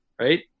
right